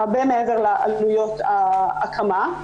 הרבה מעבר לעלויות ההקמה.